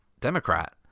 Democrat